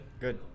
good